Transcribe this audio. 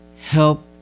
help